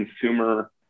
consumer